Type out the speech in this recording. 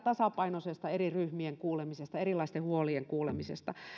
tasapainoisesta eri ryhmien kuulemisesta ja erilaisten huolien kuulemisesta